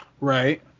Right